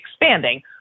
expanding